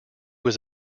was